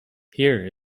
here